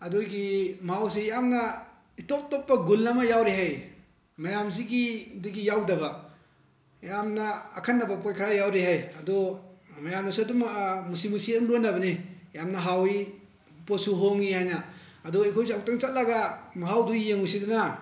ꯑꯗꯨꯒꯤ ꯃꯍꯥꯎꯁꯤ ꯌꯥꯝꯅ ꯏꯇꯣꯞ ꯇꯣꯞꯄ ꯒꯨꯜ ꯑꯃ ꯌꯥꯎꯔꯤ ꯍꯥꯏ ꯃꯌꯥꯝꯁꯤꯒꯤꯗꯒꯤ ꯌꯥꯎꯗꯕ ꯌꯥꯝꯅ ꯑꯈꯟꯅꯕ ꯄꯣꯠ ꯈꯔ ꯌꯥꯎꯔꯤ ꯍꯥꯏ ꯑꯗꯣ ꯃꯌꯥꯝꯅꯁꯨ ꯑꯗꯨꯝ ꯃꯨꯁꯤ ꯃꯨꯁꯤ ꯑꯗꯨꯝ ꯂꯣꯟꯅꯕꯅꯤ ꯌꯥꯝꯅ ꯍꯥꯎꯏ ꯄꯣꯠꯁꯨ ꯍꯣꯡꯏ ꯍꯥꯏꯅ ꯑꯗꯨ ꯑꯩꯈꯣꯏꯁꯨ ꯑꯃꯨꯛꯇꯪ ꯆꯠꯂꯒ ꯃꯍꯥꯎꯗꯨ ꯌꯦꯡꯉꯨꯁꯤꯗꯅ